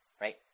right